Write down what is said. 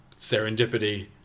Serendipity